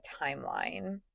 timeline